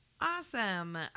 Awesome